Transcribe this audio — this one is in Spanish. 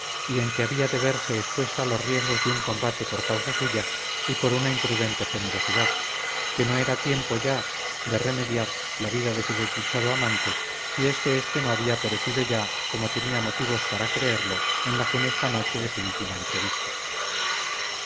y en que había de verse expuesta a los riesgos de un combate por causa suya y por una imprudente generosidad que no era tiempo ya de remediar la vida de su desdichado amante si es que éste no había perecido ya como tenía motivos para creerlo en la funesta noche de su última entrevista